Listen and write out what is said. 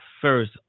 first